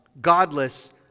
godless